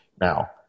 Now